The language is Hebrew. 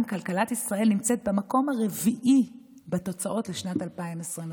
כלכלת ישראל נמצאת במקום הרביעי בתוצאות לשנת 2022,